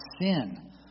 sin